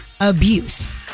abuse